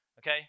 okay